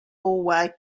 hallway